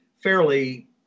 fairly